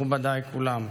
מכובדיי כולם.